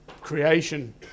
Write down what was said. creation